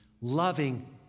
loving